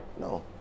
No